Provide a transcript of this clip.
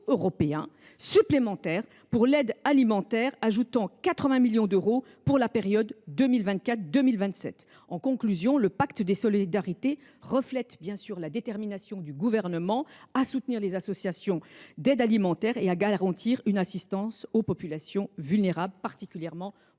supplémentaires pour l’aide alimentaire, à hauteur de 80 millions d’euros pour la période 2024 2027. Pour conclure, le pacte des solidarités reflète la détermination du Gouvernement à soutenir les associations d’aide alimentaire et à garantir une assistance aux populations vulnérables, particulièrement au